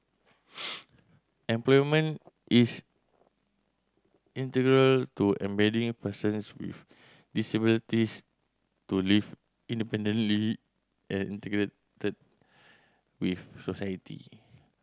employment is integral to enabling persons with disabilities to live independently and integrate with society